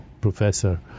professor